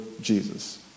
Jesus